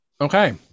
Okay